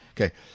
okay